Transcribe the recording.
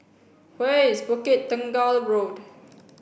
where is Bukit Tunggal Road